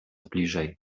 bliżej